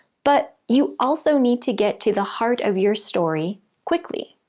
but you also need to get to the heart of your story quickly.